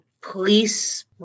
police